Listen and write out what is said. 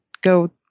go